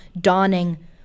dawning